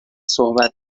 صحبت